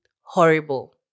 horrible